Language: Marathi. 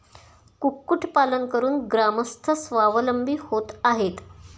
कुक्कुटपालन करून ग्रामस्थ स्वावलंबी होत आहेत